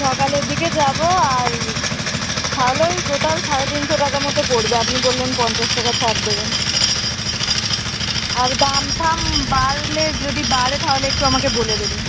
সকালের দিকে যাবো আর তাহলে ওই টোটাল সাড়ে তিনশো টাকা মতো পড়বে আপনি বললেন পঞ্চাশ টাকা ছাড় দেবেন আর দাম ঠাম বাড়লে যদি বাড়ে তাহলে একটু আমাকে বলে দেবেন